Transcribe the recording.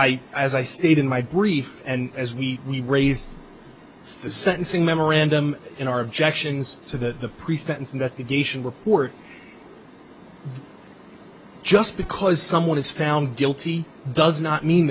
i as i stated in my brief and as we raise this the sentencing memorandum in our objections to the pre sentence investigation report just because someone is found guilty does not mean